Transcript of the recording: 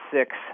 six